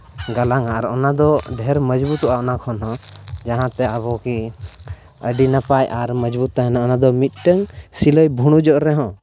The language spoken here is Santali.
ᱜᱟᱞᱟᱝᱟ ᱟᱨ ᱚᱱᱟᱫᱚ ᱰᱷᱮᱨ ᱢᱚᱡᱽᱵᱩᱛᱩᱜᱼᱟ ᱚᱱᱟ ᱠᱷᱚᱱ ᱦᱚᱸ ᱡᱟᱦᱟᱸᱛᱮ ᱟᱵᱚ ᱠᱤ ᱟᱹᱰᱤ ᱱᱟᱯᱟᱭ ᱟᱨ ᱢᱚᱡᱽᱵᱩᱛ ᱛᱟᱦᱮᱱᱟ ᱚᱱᱟ ᱫᱚ ᱢᱤᱫᱴᱟᱱ ᱥᱤᱞᱟᱹᱭ ᱵᱷᱩᱲᱩᱡᱚᱜ ᱨᱮᱦᱚᱸ